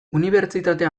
unibertsitatea